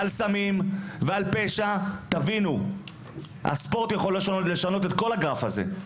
על סמים ועל פשע תבינו שהספורט יכול לשנות את כל הגרף הזה.